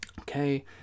Okay